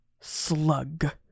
slug